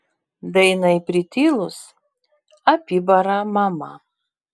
dainai pritilus apibara mama